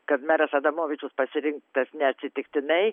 kad meras adamovičius pasirinktas neatsitiktinai